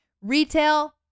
Retail